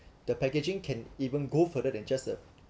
the packaging can even go further than just ah